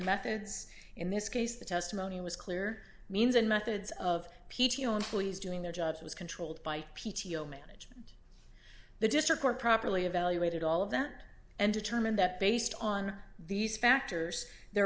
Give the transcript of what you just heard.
methods in this case the testimony was clear means and methods of p t on please doing their jobs was controlled by p t o management the district or properly evaluated all of that and determined that based on these factors there